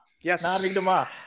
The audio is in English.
Yes